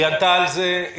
היא ענתה על זה.